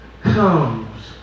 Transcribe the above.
comes